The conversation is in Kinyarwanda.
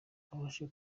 abashe